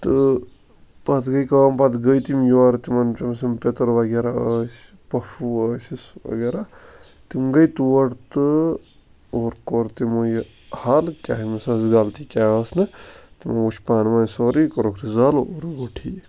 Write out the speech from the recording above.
تہٕ پَتہٕ گٔے کٲم پَتہٕ گٔے تِم یورٕ تِمَن تٔمۍ سُنٛد پتٕر وَغیرہ ٲسۍ پۄپھوٗ ٲسِس وغیرہ تِم گٔے تور تہٕ اور کوٚر تِمو یہِ حل کٔمِس ٲس غلطی کیٛاہ ٲس نہٕ تِمو وُچھ پانہٕ وٲنۍ سورُے کوٚرُکھ رِزالو ٹھیٖک